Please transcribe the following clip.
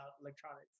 electronics